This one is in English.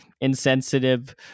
insensitive